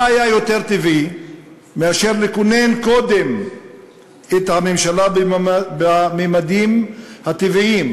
מה היה יותר טבעי מאשר לכונן קודם את הממשלה בממדים הטבעיים,